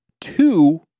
two